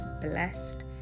blessed